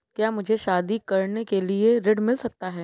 क्या मुझे शादी करने के लिए ऋण मिल सकता है?